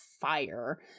fire